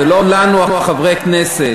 זה לא לנו חברי הכנסת,